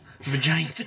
Vagina